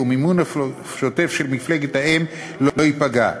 ומימון המפלגות השוטף של מפלגת-האם לא ייפגע.